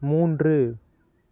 மூன்று